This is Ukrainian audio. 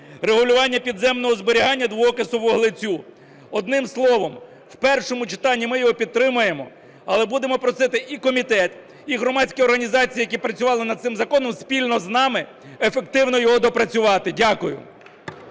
регулювання підземного зберігання двоокису вуглецю. Одним словом, в першому читанні ми його підтримаємо, але будемо просити і комітет, і громадські організації, які працювали над цим законом спільно з нами, ефективно його доопрацювати. Дякую.